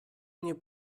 mnie